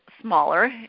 smaller